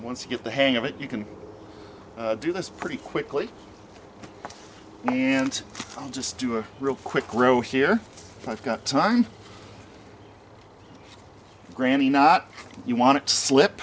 once you get the hang of it you can do this pretty quickly and you can't just do a real quick grow here i've got time granny not you want to slip